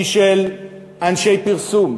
היא של אנשי פרסום,